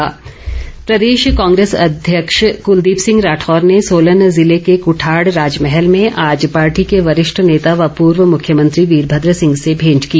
कांग्रेस प्रदेश कांग्रेस अध्यक्ष कुलदीप सिंह राठौर ने सोलन जिले के कुठाड़ राजमहल में आज पार्टी के वरिष्ठ नेता व पूर्व मुख्यमंत्री वीरमद्र ँसिंह से भेंट की